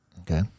Okay